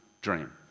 dream